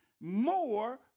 more